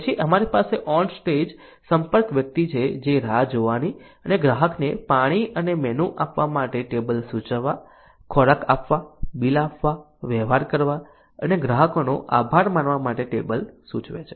પછી અમારી પાસે ઓન સ્ટેજ સંપર્ક વ્યક્તિ છે જે રાહ જોવાની અને ગ્રાહકને પાણી અને મેનૂ આપવા માટે ટેબલ સૂચવવા ખોરાક આપવા બિલ આપવા વ્યવહાર કરવા અને ગ્રાહકનો આભાર માનવા માટે ટેબલ સૂચવે છે